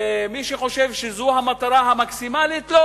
ומי שחושב שזאת המטרה המקסימלית,